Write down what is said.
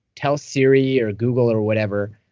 tell siri or google or whatever,